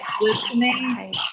listening